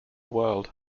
world